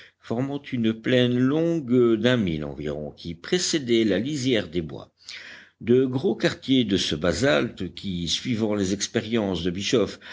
formant une plaine longue d'un mille environ qui précédait la lisière des bois de gros quartiers de ce basalte qui suivant les expériences de bischof